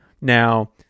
Now